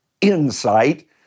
insight